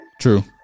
true